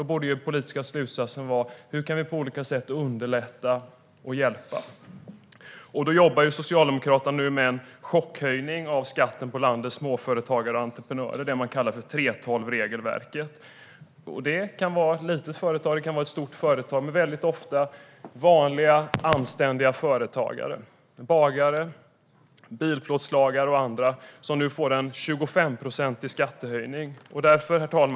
Då borde den politiska slutsatsen vara: Hur kan vi på olika sätt underlätta för dessa människor och hjälpa dem? Socialdemokraterna arbetar nu för en chockhöjning av skatten på landets småföretagare och entreprenörer, det som man kallar för 3:12-regelverket. Det kan röra sig om ett litet eller stort företag, men väldigt ofta handlar det om vanliga anständiga företagare: bagare, bilplåtslagare och andra som nu får en 25-procentig skattehöjning. Herr talman!